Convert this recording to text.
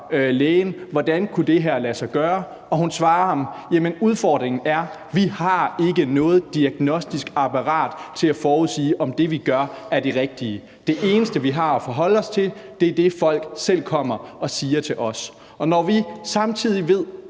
lægen, hvordan det her kunne lade sig gøre. Og hun svarer ham: Udfordringen er, at vi ikke har noget diagnostisk apparat til at forudsige, om det, vi gør, er det rigtige; det eneste, vi har at forholde os til, er det, folk selv kommer og siger til os. Når vi samtidig ved,